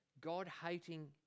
God-hating